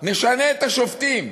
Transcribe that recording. נשנה את השופטים.